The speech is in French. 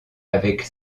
avec